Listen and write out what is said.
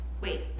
Wait